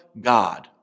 God